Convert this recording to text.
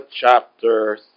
chapter